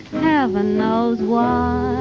heaven knows why